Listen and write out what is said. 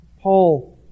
Paul